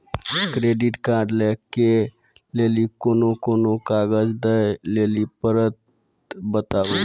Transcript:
Credit card लै के लेली कोने कोने कागज दे लेली पड़त बताबू?